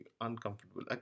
uncomfortable